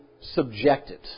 subjected